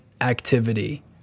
activity